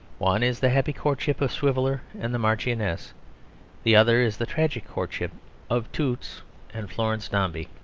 one is the happy courtship of swiveller and the marchioness the other is the tragic courtship of toots and florence dombey.